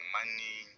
money